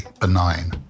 benign